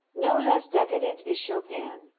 no less decadent is chopin,